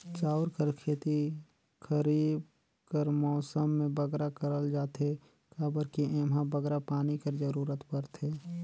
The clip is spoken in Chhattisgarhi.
चाँउर कर खेती खरीब कर मउसम में बगरा करल जाथे काबर कि एम्हां बगरा पानी कर जरूरत परथे